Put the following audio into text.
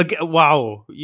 wow